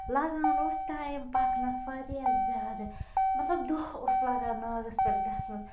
لَگان اوس ٹایِم پَکنَس واریاہ زیادٕ مَطلَب دۄہ اوس گَژھان ناگَس پٮ۪ٹھ گَژھنَس